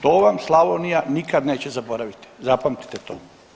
To vam Slavonija nikad neće zaboraviti, zapamtite to.